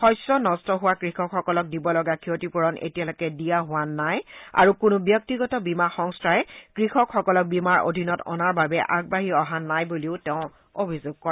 শস্য নষ্ট হোৱা কৃষকসকলক দিব লগা ক্ষতিপূৰণ এতিয়ালৈকে দিয়া হোৱা নাই আৰু কোনো ব্যক্তিগত বীমা সংস্থাই কৃষকসকলক বীমাৰ অধীনত অনাৰ বাবে আগবাঢ়ি অহা নাই বুলিও তেওঁ অভিযোগ কৰে